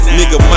Nigga